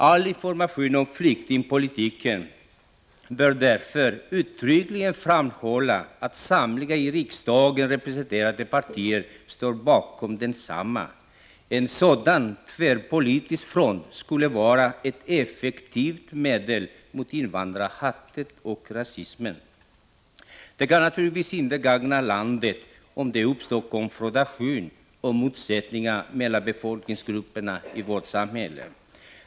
All information om flyktingpolitiken bör därför uttryckligen framhålla att samtliga i riksdagen representerade partier står bakom densamma. En sådan tvärpolitisk front skulle vara ett effektivt medel mot invandrarhatet och rasismen. Det kan naturligtvis inte gagna landet om det uppstår konfrontation och motsättningar mellan befolkningsgrupperna i vårt samhälle.